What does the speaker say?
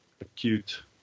acute